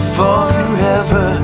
forever